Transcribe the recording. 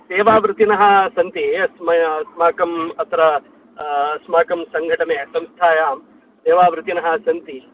सेवावृतिनः सन्ति अस्मै अस्माकं अत्र अस्माकं सङ्घटने संस्थायां सेवावृतिनः सन्ति